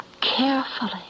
carefully